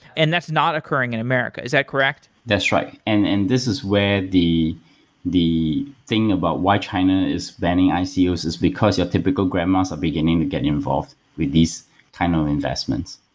and that's not occurring in america. is that correct? that's right. and and this is where the the thing about why china is banning icos is because your typical grandmas are beginning to get involved with these kind of investments.